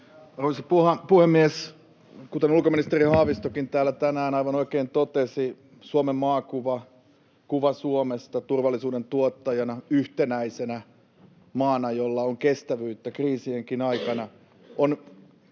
Arvoisa puhemies! Kuten ulkoministeri Haavistokin täällä tänään aivan oikein totesi, Suomen maakuva — kuva Suomesta turvallisuuden tuottajana, yhtenäisenä maana, jolla on kestävyyttä kriisienkin aikana —